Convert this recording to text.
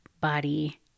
body